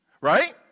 Right